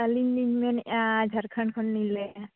ᱟᱞᱤᱧ ᱞᱤᱧ ᱢᱮᱱᱮᱫᱼᱟ ᱡᱷᱟᱲᱠᱷᱚᱸᱰ ᱠᱷᱚᱱ ᱞᱤᱧ ᱞᱟᱹᱭᱮᱫᱼᱟ